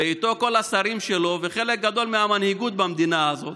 ואיתו כל השרים שלו וחלק גדול מהמנהיגות במדינה הזאת,